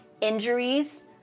injuries